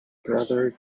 brother